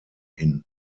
hin